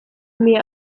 mir